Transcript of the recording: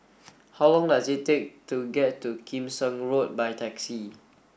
how long does it take to get to Kim Seng Road by taxi